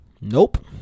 Nope